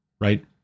right